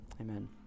amen